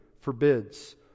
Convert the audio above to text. forbids